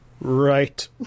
right